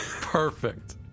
Perfect